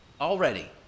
already